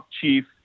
chief